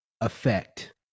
effect